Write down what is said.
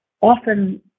often